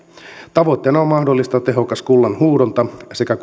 tavoitteena on mahdollistaa tehokas kullanhuuhdonta sekä